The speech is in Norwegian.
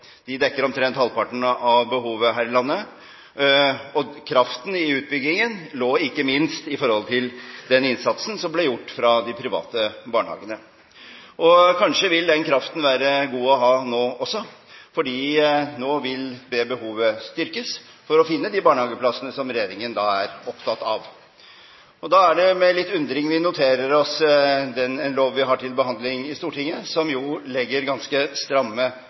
De dekker omtrent halvparten av behovet her i landet. Kraften i utbyggingen lå ikke minst i den innsatsen som ble gjort fra de private barnehagene. Kanskje vil den kraften være god å ha nå også, for nå vil behovet styrkes for å finne de barnehageplassene som regjeringen er opptatt av. Da er det med litt undring vi noterer oss en lov vi har til behandling i Stortinget, som jo legger ganske stramme